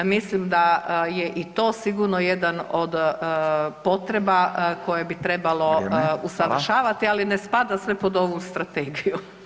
Mislim da je i to sigurno jedan od potreba koje bi trebalo usavršavati, ali ne spada sve pod ovu strategiju.